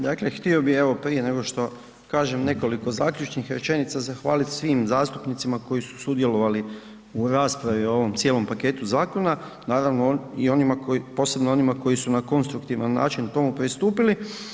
Dakle htio bi evo prije nego što kažem nekoliko zaključnih rečenica, zahvaliti svim zastupnicima koji su sudjelovali u raspravi u ovom cijelom paketu zakona, naravno posebno onima koji su na konstruktivan način tomu pristupili.